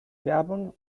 werbung